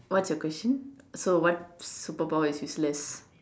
what's your question so what super power is useless